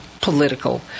political